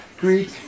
Greek